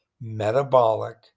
metabolic